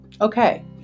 Okay